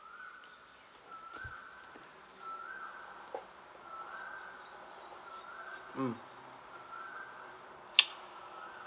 mm